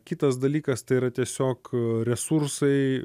kitas dalykas tai yra tiesiog resursai